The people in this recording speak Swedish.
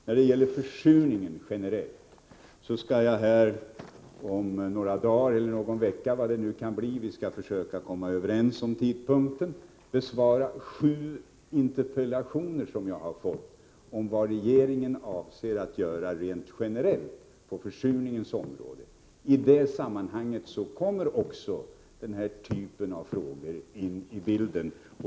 När det gäller försurningen rent generellt skall jag om några dagar eller om någon vecka — vi skall försöka komma överens om en tidpunkt — besvara sju interpellationer som jag har fått om vad regeringen avser att göra på försurningens område. I det sammanhanget kommer också den här typen av frågor in i bilden.